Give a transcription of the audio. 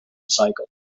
cycle